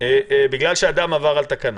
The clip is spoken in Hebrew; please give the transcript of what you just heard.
בגלל שאדם עבר על תקנה.